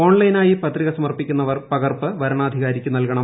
ഓൺലൈനായി പത്രിക സമർപ്പിക്കുന്നവർ പകർപ്പ് വരണാധികാരിക്ക് നൽകണം